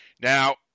Now